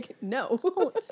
no